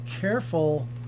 careful